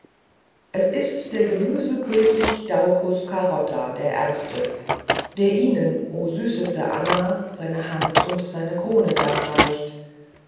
es ist der gemüsekönig daucus carota der erste der ihnen o süßeste anna seine hand und seine krone darreicht